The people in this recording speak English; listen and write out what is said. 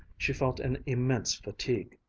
she felt an immense fatigue.